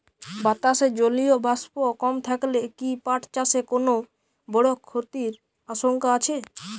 বাতাসে জলীয় বাষ্প কম থাকলে কি পাট চাষে কোনো বড় ক্ষতির আশঙ্কা আছে?